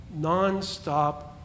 nonstop